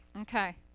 Okay